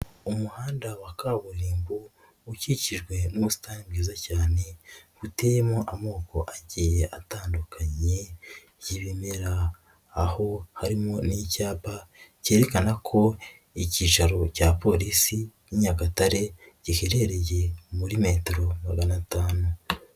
Umuhanda wa kaburimbo, ukikijwe n'ubusitani bwiza cyane, buteyemo amoko agiye atandukanye y'ibimera, aho harimo n'icyapa cyerekana ko icyicaro cya polisi y'i Nyagatare giherereye muri metero magana tanu.